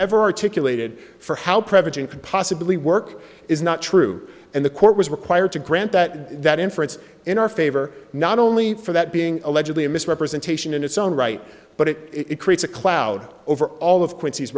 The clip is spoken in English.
ever articulated for how president could possibly work is not true and the court was required to grant that that inference in our favor not only for that being allegedly a misrepresentation in its own right but it it creates a cloud over all of quincy's